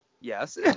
Yes